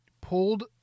pulled